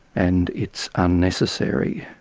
and it's unnecessary.